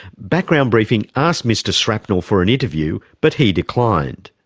background briefing asked mr shrapnel for an interview but he declined.